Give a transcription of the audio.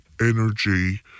energy